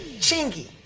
chingy.